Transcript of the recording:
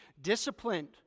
disciplined